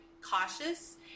cautious